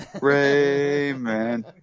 Raymond